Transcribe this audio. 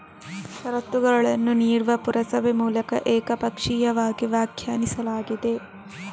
ಷರತ್ತುಗಳನ್ನು ನೀಡುವ ಪುರಸಭೆ ಮೂಲಕ ಏಕಪಕ್ಷೀಯವಾಗಿ ವ್ಯಾಖ್ಯಾನಿಸಲಾಗಿದೆ